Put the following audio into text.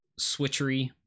switchery